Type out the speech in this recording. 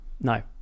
no